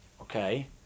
okay